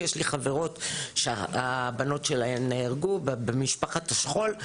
כי יש לי חברות שהבנות שלהן נהרגו במשפחת השכול.